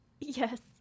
yes